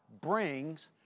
brings